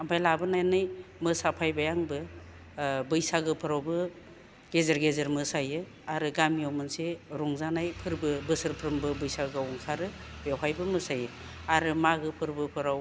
ओमफ्राय लाबोनानै मोसाफैबाय आंबो बैसागोफरावबो गेजेर गेजेर मोसायो आरो गामियाव मोनसे रंजानाय फोरबो बोसोरफ्रोमबो बैसागोआव ओंखारो बेवहायबो मोसायो आरो मागो फोरबोफोराव